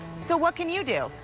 so what can you do?